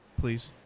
please